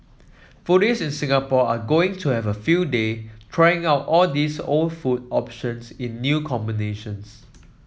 foodies in Singapore are going to have a field day trying out all these old food options in new combinations